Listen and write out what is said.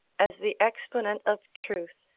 as the exponent of truth,